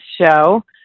show –